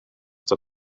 der